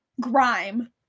grime